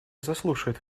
заслушает